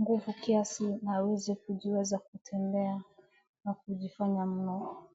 nguvu kiasi na aweze kujiweza kutembea na kujifanya mno.